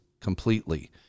completely